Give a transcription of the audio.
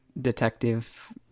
detective